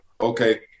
Okay